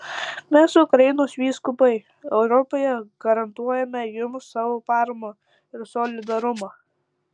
mes ukrainos vyskupai europoje garantuojame jums savo paramą ir solidarumą